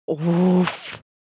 Oof